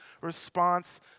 response